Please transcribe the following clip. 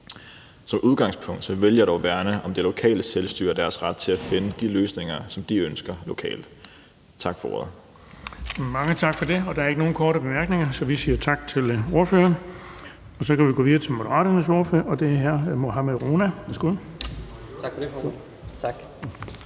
Som udgangspunkt vil jeg dog værne om det lokale selvstyre og deres ret til at finde de løsninger, som de ønsker lokalt. Tak for ordet. Kl. 11:56 Den fg. formand (Erling Bonnesen): Mange tak for det. Der er ikke nogen korte bemærkninger, så vi siger tak til ordføreren. Så kan vi gå videre til Moderaternes ordfører, og det er hr. Mohammad Rona. Værsgo. Kl. 11:57 (Ordfører)